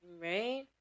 Right